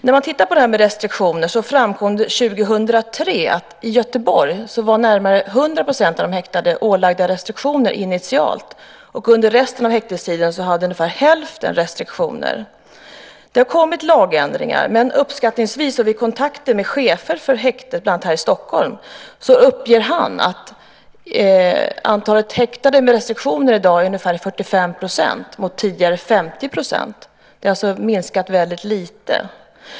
När man tittar på detta med restriktioner framkom det 2003 att närmare 100 % av de häktade i Göteborg var ålagda restriktioner initialt, och under resten av häktestiden hade ungefär hälften restriktioner. Det har kommit lagändringar. Men vid kontakter med bland annat chefen för häktet här i Stockholm uppger han att ungefär 45 % av de häktade i dag har restriktioner mot tidigare 50 %. Det har alltså minskat väldigt lite.